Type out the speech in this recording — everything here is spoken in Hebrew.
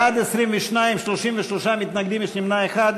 בעד, 22, 33 מתנגדים, יש נמנע אחד.